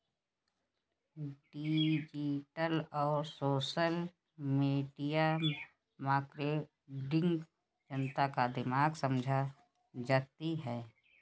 digital और social media marketing जनता का दिमाग समझ जाती है